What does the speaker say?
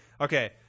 Okay